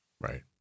Right